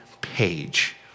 page